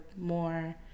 more